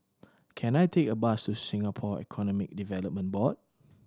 can I take a bus to Singapore Economic Development Board